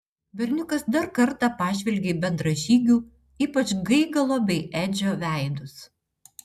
berniukas dar kartą pažvelgė į bendražygių ypač gaigalo bei edžio veidus